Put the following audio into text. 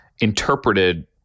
Interpreted